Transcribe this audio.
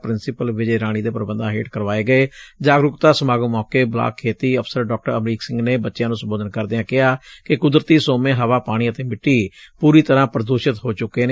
principal Vijay Rani ਦੇ ਪ੍ਰਬੰਧਾਂ ਹੇਠ ਕਰਵਾਏ ਗਏ ਜਾਗਰੂਕਤਾ ਸਮਾਗਮ ਮੌਕੇ ਬਲਾਕ ਖੇਤੀ ਅਫਸਰ ਡਾ ਅਮਰੀਕ ਸਿੰਘ ਨੇ ਬੱਚਿਆਂ ਨੂੰ ਸੰਬੋਧਨ ਕਰਦਿਆਂ ਕਿਹਾ ਕਿ ਕੁਦਰਤੀ ਸੋਮੇ ਹਵਾ ਪਾਣੀ ਅਤੇ ਸਿੱਟੀ ਪੂਰੀ ਤਰ੍ਹਾਂ ਪ੍ਰਦੂਸ਼ਿਤ ਹੋ ਚੁੱਕੇ ਨੇ